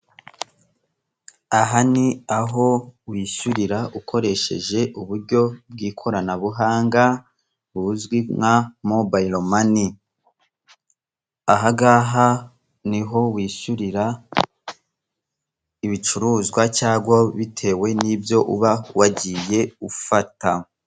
Aha ni aho wishyurira ukoresheje uburyo bw'ikoranabuhanga buzwi nka Mobile Money. Ahangaha niho wishyurira ibicuruzwa cyangwa bitewe n'ibyo uba wagiye ufata.